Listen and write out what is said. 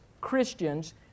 Christians